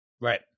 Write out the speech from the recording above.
Right